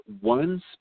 one